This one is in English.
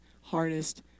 hardest